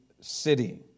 city